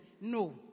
no